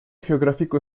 geográfico